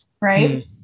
right